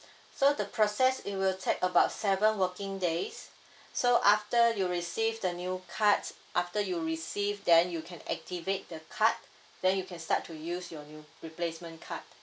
so the process it will take about seven working days so after you receive the new cards after you receive then you can activate the card then you can start to use your new replacement card